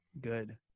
good